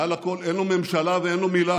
מעל הכול, אין לו ממשלה, ואין לו מילה,